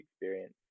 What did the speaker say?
experience